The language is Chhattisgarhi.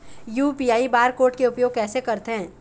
यू.पी.आई बार कोड के उपयोग कैसे करथें?